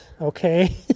okay